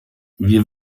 wir